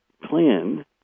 plan